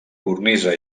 cornisa